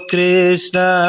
Krishna